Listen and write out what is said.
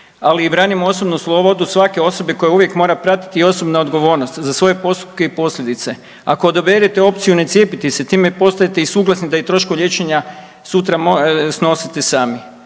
Ali branimo i osobnu slobodu svake osobe koja uvijek mora pratiti i osobna odgovornost za svoje postupke i posljedice. Ako odaberete opciju ne cijepiti se time postajete i suglasni da i troškovi liječenja sutra snosite sami.